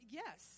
yes